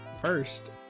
first